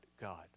God